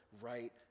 right